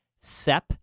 SEP